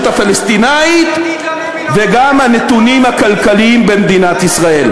הפלסטינית וגם הנתונים הכלכליים במדינת ישראל.